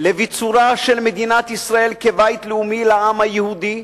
לביצורה של מדינת ישראל כבית לאומי לעם היהודי,